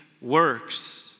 works